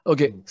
Okay